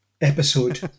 episode